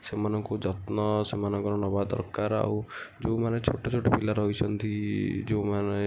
ସେମାନଙ୍କୁ ଯତ୍ନ ସେମାନଙ୍କର ନେବା ଦରକାର ଆଉ ଯେଉଁମାନେ ଛୋଟ ଛୋଟ ପିଲା ରହିଛନ୍ତି ଯେଉଁମାନେ